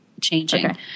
changing